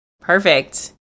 perfect